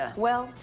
ah well,